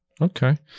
Okay